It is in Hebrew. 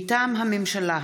מטעם הממשלה,